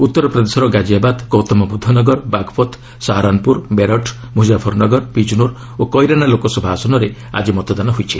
ଉତ୍ତରପ୍ରଦେଶର ଗାଜିଆବାଦ୍ ଗୌତମ ବୁଦ୍ଧ ନଗର ବାଘପଥ୍ ସାହାରନପୁର ମେରଠ୍ ମୁଜାଫରନଗର ବିଜ୍ନୋର୍ ଓ କଇରାନା ଲୋକସଭା ଆସନରେ ଆକି ମତଦାନ ହୋଇଛି